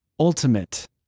Ultimate